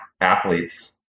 athletes